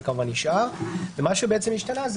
השתנה,